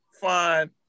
fine